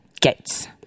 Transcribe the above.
Gates